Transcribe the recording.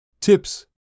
Tips